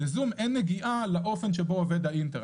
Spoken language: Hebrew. ל"זום" אין נגיעה לאופן שבו עובד האינטרנט.